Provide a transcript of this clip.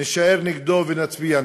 נישאר נגדו ונצביע נגדו.